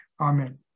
Amen